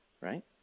right